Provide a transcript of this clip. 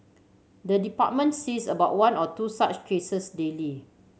the department sees about one or two such cases daily